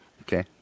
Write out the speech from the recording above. Okay